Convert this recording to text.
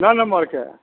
नओ नम्मरके